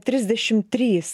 trisdešim trys